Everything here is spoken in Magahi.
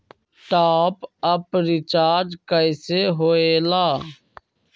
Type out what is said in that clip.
टाँप अप रिचार्ज कइसे होएला?